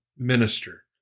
minister